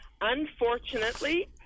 Unfortunately